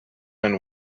and